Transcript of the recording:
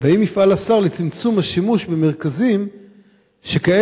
4. האם יפעל השר לצמצום השימוש במרכזים שכאלה,